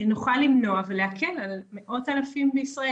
נוכל למנוע ולהקל על מאות אלפים בישראל.